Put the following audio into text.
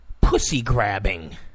pussy-grabbing